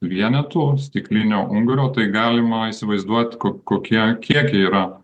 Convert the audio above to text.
vienetų stiklinio ungurio tai galima įsivaizduot kokie kiekiai yra